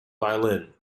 violin